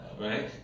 Right